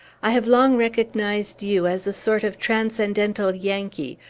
i have long recognized you as a sort of transcendental yankee,